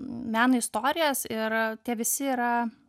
meno istorijos ir tie visi yra